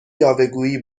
یاوهگویی